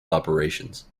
operations